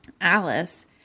Alice